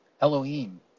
Elohim